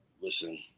Listen